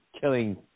killing